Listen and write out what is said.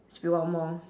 should be one more